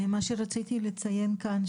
מה שרציתי לציין כאן,